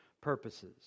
purposes